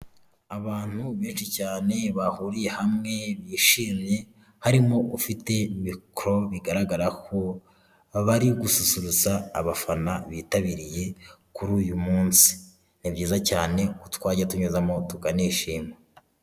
Abantu benshi cyane bahuriye hamwe bishimye, harimo ufite mikoro bigaragara ko bari gususurutsa abafana bitabiriye kuri uyu munsi. Ni byiza cyane ko twajya tunyuzamo tukanshima.